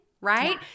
right